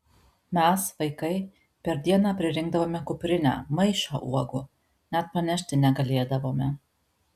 mes vaikai per dieną pririnkdavome kuprinę maišą uogų net panešti negalėdavome